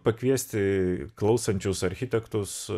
pakviesti klausančius architektus